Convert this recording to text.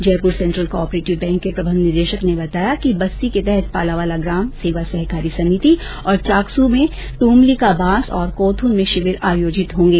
Jaipur central cooperative bank के प्रबन्ध निदेशक ने बताया कि बस्सी के तहत पालावाला ग्राम सेवा सहकारी समिति और चाकसू में ट्मली का बास और कोथून में शिविर आयोजित होंगे